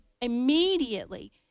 immediately